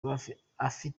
afite